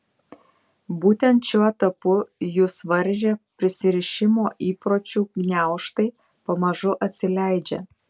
būtent šiuo etapu jus varžę prisirišimo įpročių gniaužtai pamažu atsileidžia